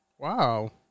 Wow